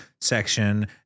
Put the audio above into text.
section